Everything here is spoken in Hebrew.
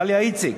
דליה איציק,